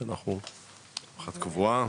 קבועה